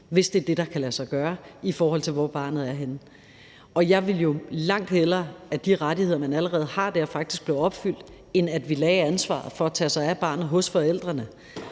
hvis det er det, der kan lade sig gøre, i forhold til hvor barnet er henne. Jeg ville langt hellere have, at de rettigheder, man allerede har, faktisk blev efterlevet, end at vi lagde ansvaret for at tage sig af barnet hos forældrene